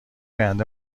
آینده